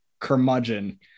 curmudgeon